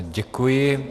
Děkuji.